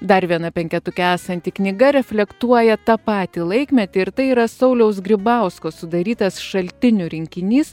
dar viena penketuke esanti knyga reflektuoja tą patį laikmetį ir tai yra sauliaus grybausko sudarytas šaltinių rinkinys